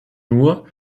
nur